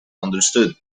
understood